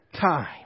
time